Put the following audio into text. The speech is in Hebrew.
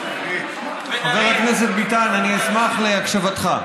חבר הכנסת ביטן, אני אשמח להקשבתך.